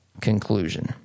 conclusion